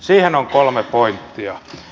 siihen on kolme pointtia